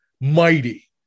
Mighty